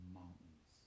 mountains